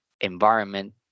environment